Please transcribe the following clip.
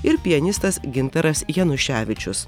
ir pianistas gintaras januševičius